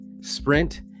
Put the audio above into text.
Sprint